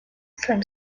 from